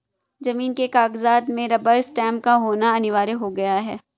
जमीन के कागजात में रबर स्टैंप का होना अनिवार्य हो गया है